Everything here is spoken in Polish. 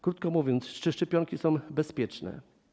Krótko mówiąc, czy szczepionki są bezpieczne?